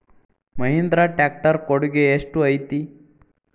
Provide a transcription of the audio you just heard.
Mahindra tractor ಕೊಡುಗೆ ಎಷ್ಟು ಐತಿ?